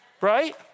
Right